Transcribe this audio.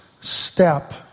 step